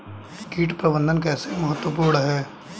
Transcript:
कीट प्रबंधन कैसे महत्वपूर्ण है?